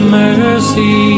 mercy